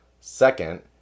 second